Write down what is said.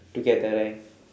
to get the rank